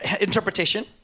interpretation